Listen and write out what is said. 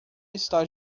está